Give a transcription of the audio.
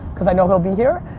cause i know he'll be here,